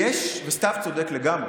סתיו צודק לגמרי.